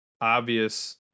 obvious